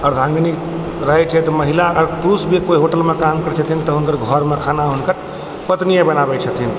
अर्धांगनी रहै छै तऽ महिला आओर पुरुष भी कोइ होटलमे काम करै छथिन तऽ घरमे खाना हुनकर पत्निये बनाबै छथिन